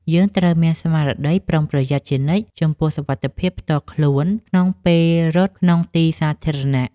យើងត្រូវមានស្មារតីប្រុងប្រយ័ត្នជានិច្ចចំពោះសុវត្ថិភាពផ្ទាល់ខ្លួនក្នុងពេលរត់ក្នុងទីសាធារណៈ។